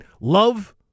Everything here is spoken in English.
Love